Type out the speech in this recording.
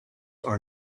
are